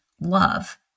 love